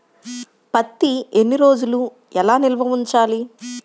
పత్తి ఎన్ని రోజులు ఎలా నిల్వ ఉంచాలి?